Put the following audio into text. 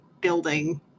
building